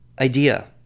idea